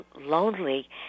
lonely